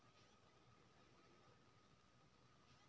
हरियर मिरचाई नोन लगाकए खो